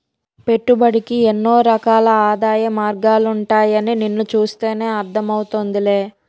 పెట్టుబడికి ఎన్నో రకాల ఆదాయ మార్గాలుంటాయని నిన్ను చూస్తేనే అర్థం అవుతోందిలే